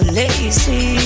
lazy